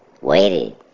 Waited